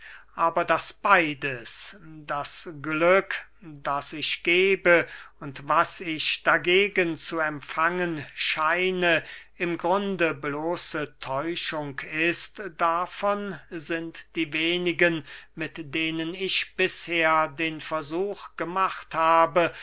aber daß beides das glück das ich gebe und was ich dagegen zu empfangen scheine im grunde bloße täuschung ist davon sind die wenigen mit denen ich bisher den versuch gemacht habe